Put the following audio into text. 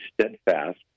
Steadfast